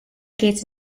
gates